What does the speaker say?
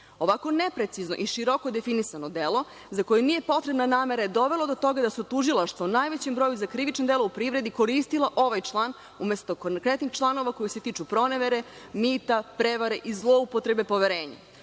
Ovako neprecizno i široko definisano delo za koje nije potrebna namera je dovelo do toga da su tužilaštva u najvećem broju za krivična dela u privredi koristila ovaj član, umesto konkretnih članova koji se tiču pronevere, mita, prevare i zloupotrebe poverenja.